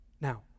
Now